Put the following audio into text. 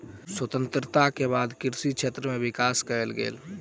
स्वतंत्रता के बाद कृषि क्षेत्र में विकास कएल गेल